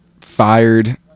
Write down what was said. fired